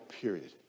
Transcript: Period